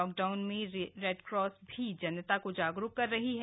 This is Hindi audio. लॉकडाउन में रेडक्रॉस भी जनता को जागरूक कर रही है